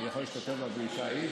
אפשר להשתתף בפגישה?